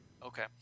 Okay